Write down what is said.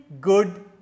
good